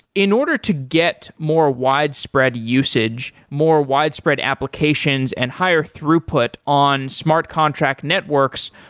in order to get more widespread usage, more widespread applications and higher throughput on smart contract networks,